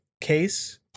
case